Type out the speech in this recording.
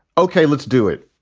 ok, let's do it.